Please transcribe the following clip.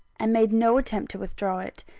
and made no attempt to withdraw it.